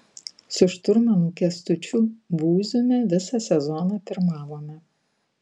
su šturmanu kęstučiu būziumi visą sezoną pirmavome